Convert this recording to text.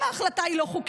אם ההחלטה היא לא חוקית,